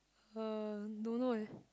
uh don't know eh